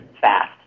fast